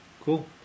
Cool